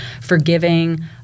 forgiving